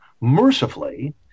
Mercifully